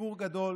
שציבור גדול